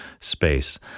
space